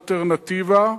אלטרנטיבה,